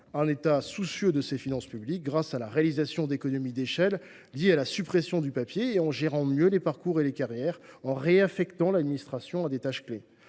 un État soucieux de ses finances publiques, grâce à la réalisation d’économies d’échelle liées à la suppression du papier, à une meilleure gestion des parcours et des carrières et à la réaffectation de l’administration à des tâches clés.